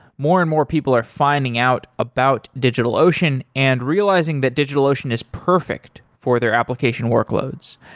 more and more people are finding out about digitalocean and realizing that digitalocean is perfect for their application workloads.